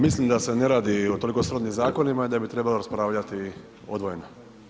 Mislim da se ne radi o toliko srodnim zakonima i da bi trebalo raspravljati odvojeno.